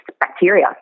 bacteria